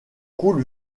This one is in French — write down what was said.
coule